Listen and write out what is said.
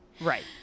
Right